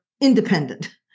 independent